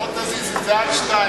לפחות תזיז את זה עד 14:00,